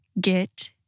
get